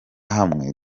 hamwe